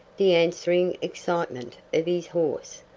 the answering excitement of his horse,